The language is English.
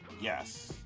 Yes